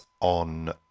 On